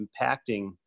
impacting